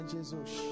Jesus